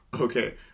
okay